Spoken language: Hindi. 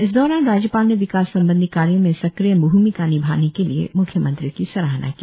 इस दौरान राज्यपाल ने विकास संबंधी कार्यो में सक्रीय भ्रमिका निभाने के लिए म्ख्यमंत्री की सराहना की